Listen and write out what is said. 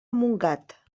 montgat